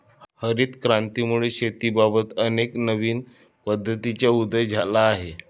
हरित क्रांतीमुळे शेतीबाबत अनेक नवीन पद्धतींचा उदय झाला आहे